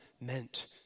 meant